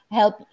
help